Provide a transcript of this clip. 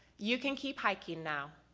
you can keep hiking now.